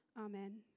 Amen